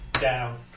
Down